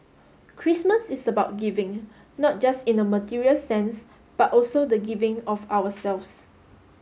christmas is about giving not just in a material sense but also the giving of ourselves